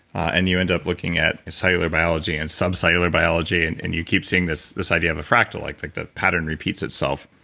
and you end up looking at cellular biology and sub-cellular biology. and and you keep seeing this this idea of a fractal like the pattern repeats itself.